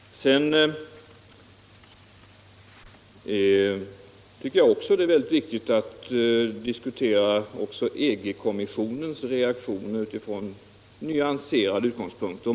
Jag tycker också att det är synnerligen viktigt att diskutera även EG kommissionens reaktion utifrån nyanserade utgångspunkter.